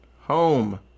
home